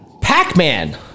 Pac-Man